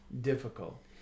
difficult